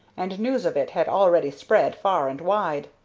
and news of it had already spread far and wide.